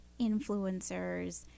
influencers